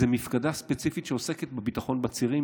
זו מפקדה ספציפית שעוסקת בביטחון בצירים.